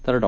तर डॉ